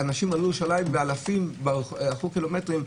אלפים הלכו קילומטרים.